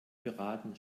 beraten